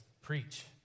preach